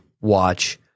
watch